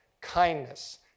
kindness